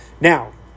Now